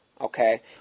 Okay